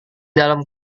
dalam